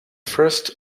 first